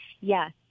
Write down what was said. yes